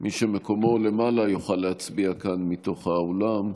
מי שמקומו למעלה יוכל להצביע כאן, מתוך האולם.